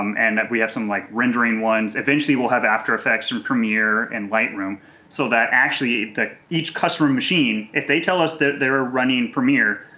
um and that we have some like rendering ones. eventually we'll have after effects and premiere and lightroom so that actually each customer machine, if they tell us that they're ah running premiere,